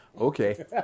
Okay